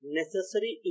necessary